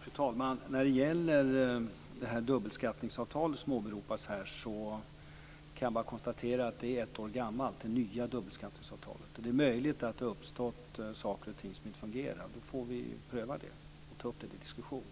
Fru talman! När det gäller det dubbelbeskattningsavtal som åberopas här kan jag bara konstatera att det nya dubbelbeskattningsavtalet är ett år gammalt. Det är möjligt att det på vissa punkter inte har fungerat, och då får vi ta upp det till diskussion.